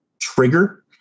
trigger